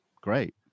great